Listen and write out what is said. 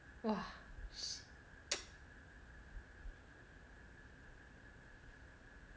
!wah! sh~